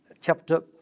chapter